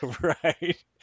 Right